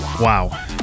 Wow